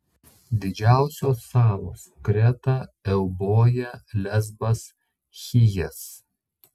didžiausios salos kreta euboja lesbas chijas